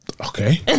Okay